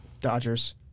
Dodgers